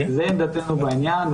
זו עמדתנו בעניין,